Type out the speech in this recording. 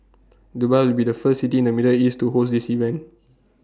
Dubai will be the first city in the middle east to host this event